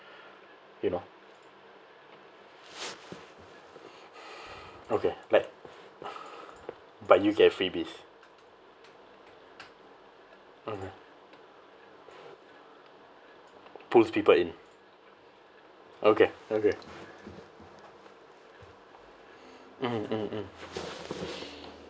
you know okay like but you get freebies okay pulls people in okay okay mm mm mm